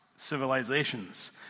civilizations